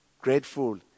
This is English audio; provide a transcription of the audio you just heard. grateful